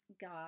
God